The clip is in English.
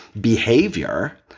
behavior